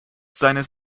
seines